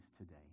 today